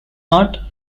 not